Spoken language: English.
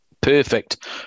Perfect